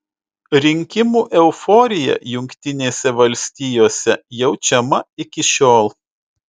rinkimų euforija jungtinėse valstijose jaučiama iki šiol